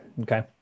Okay